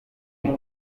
bito